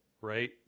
right